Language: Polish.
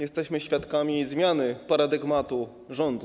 Jesteśmy świadkami zmiany paradygmatu rządów.